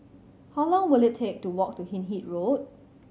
how long will it take to walk to Hindhede Road